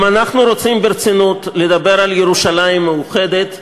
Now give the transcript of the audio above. אם אנחנו רוצים ברצינות לדבר על ירושלים מאוחדת,